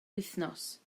wythnos